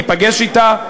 ייפגש אתה,